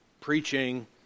preaching